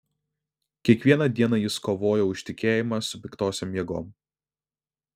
kiekvieną dieną jis kovojo už tikėjimą su piktosiom jėgom